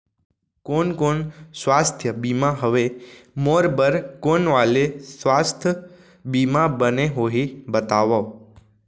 कोन कोन स्वास्थ्य बीमा हवे, मोर बर कोन वाले स्वास्थ बीमा बने होही बताव?